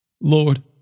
Lord